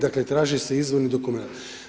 Dakle, traži se izvorni dokumenat.